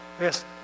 Yes